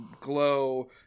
Glow